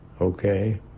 okay